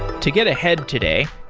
to get ahead today,